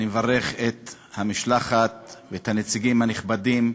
אני מברך את המשלחת ואת הנציגים הנכבדים.